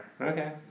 Okay